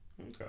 okay